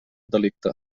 delicte